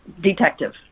detective